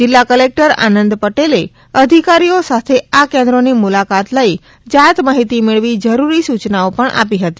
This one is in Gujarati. જિલ્લા કલેકટર આનંદ પટેલે અધિકારીઓ સાથે આ કેન્દ્રોની મુલાકાત લઇ જાત માહિતી મેળવી જરૂરી સુચનાઓ પણ આપી હતી